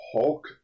Hulk